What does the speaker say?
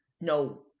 No